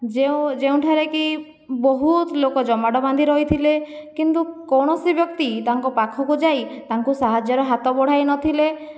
ଯେଉଁ ଯେଉଁଠାରେକି ବହୁତ ଲୋକ ଜମାଟ ବାନ୍ଧି ରହିଥିଲେ କିନ୍ତୁ କୌଣସି ବ୍ୟକ୍ତି ତାଙ୍କ ପାଖକୁ ଯାଇ ତାଙ୍କୁ ସାହାଯ୍ୟର ହାତ ବଢ଼ାଇନଥିଲେ